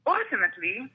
Ultimately